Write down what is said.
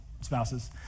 spouses